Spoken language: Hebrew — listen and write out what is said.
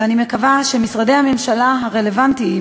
ואני מקווה שמשרדי הממשלה הרלוונטיים